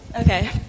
okay